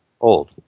old